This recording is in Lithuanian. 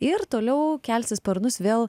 ir toliau kelsi sparnus vėl